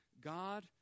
God